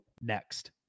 next